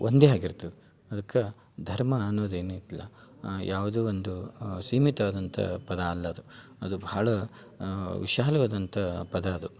ಒಂದೇ ಆಗಿರ್ತದೆ ಅದಕ್ಕೆ ಧರ್ಮ ಅನ್ನೋದು ಏನಿಲ್ಲ ಯಾವ್ದೋ ಒಂದು ಸೀಮಿತವಾದಂಥ ಪದ ಅಲ್ಲ ಅದು ಅದು ಭಾಳ ವಿಶಾಲವಾದಂಥ ಪದ ಅದು